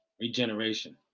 regeneration